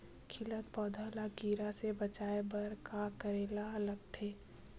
खिलत पौधा ल कीरा से बचाय बर का करेला लगथे?